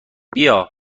بیا